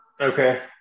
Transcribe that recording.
Okay